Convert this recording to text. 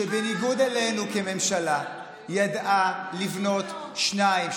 שבניגוד אלינו כממשלה ידעה לבנות שניים,